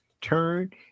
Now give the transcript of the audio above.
turn